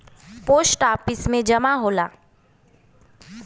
post office में जमा होला